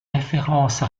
référence